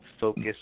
focus